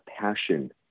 passion